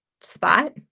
spot